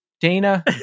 Dana